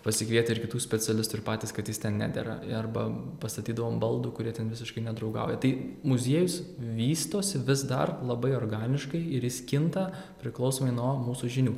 pasikvietę ir kitų specialistų ir patys kad jis ten nedera arba pastatydavome baldų kurie ten visiškai nedraugauja tai muziejus vystosi vis dar labai organiškai ir jis kinta priklausomai nuo mūsų žinių